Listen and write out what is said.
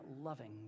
loving